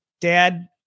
dad